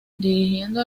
dirigiendo